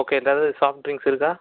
okay ஏதாவது soft drinks இருக்கா